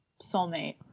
soulmate